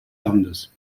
landes